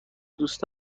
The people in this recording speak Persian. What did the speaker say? دوست